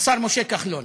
השר משה כחלון,